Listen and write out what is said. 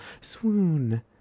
Swoon